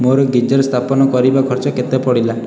ମୋର ଗୀଜର୍ ସ୍ଥାପନ କରିବା ଖର୍ଚ୍ଚ କେତେ ପଡ଼ିଲା